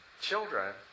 children